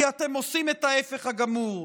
כי אתם עושים את ההפך הגמור.